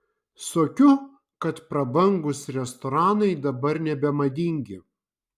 suokiu kad prabangūs restoranai dabar nebemadingi